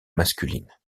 masculine